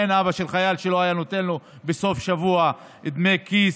אין אבא של חייל שלא היה נותן לו בסוף שבוע דמי כיס,